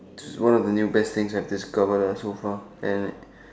is one of the new best thing I have discover lah so far and